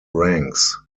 ranks